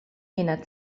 jener